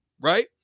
right